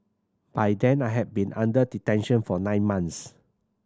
by then I had been under detention for nine months